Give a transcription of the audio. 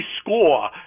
score